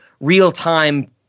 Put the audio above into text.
real-time